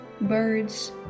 birds